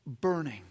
burning